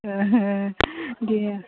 अ दे